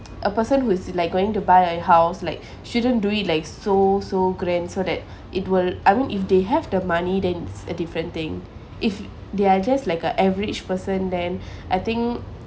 a person who is like going to buy a house like shouldn't do it like so so grand so that it will I mean if they have the money then it's a different thing if they are just like a average person then I think